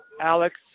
Alex